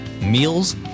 meals